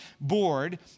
board